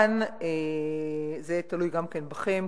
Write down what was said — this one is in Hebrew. זה יהיה תלוי גם בכם,